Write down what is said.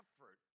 effort